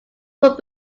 fort